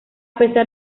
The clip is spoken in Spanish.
pesar